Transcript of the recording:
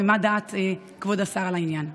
מה דעת כבוד השר על העניין?